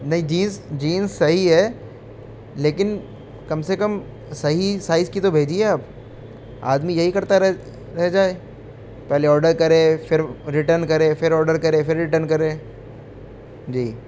نہیں jeans jeans صحیح ہے لیکن کم سے کم صحیح سائز کی تو بھیجیے آپ آدمی یہی کرتا رہ رہ جائے پہلے آڈر کرے پھر ریٹرن کرے پھر آڈر کرے پھر ریٹرن کرے جی